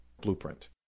Blueprint